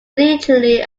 literally